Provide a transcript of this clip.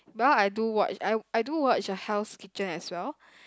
well I do watch I I do watch the Hell's Kitchen as well